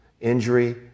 Injury